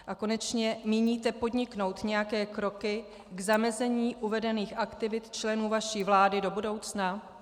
A konečně, míníte podniknout nějaké kroky k zamezení uvedených aktivit členů vaší vlády do budoucna?